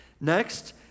Next